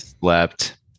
slept